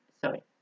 sorry